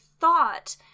thought